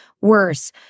worse